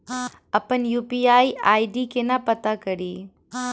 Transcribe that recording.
अप्पन UPI ID केना पत्ता कड़ी?